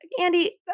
Andy